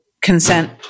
consent